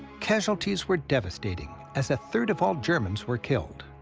casualties were devastating, as a third of all germans were killed.